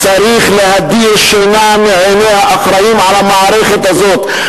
"צריך להדיר שינה מעיני האחראים על המערכת הזאת.